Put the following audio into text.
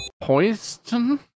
Poison